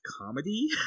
comedy